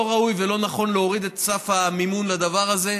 לא ראוי ולא נכון להוריד את סף המימון לדבר הזה,